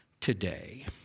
today